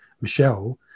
Michelle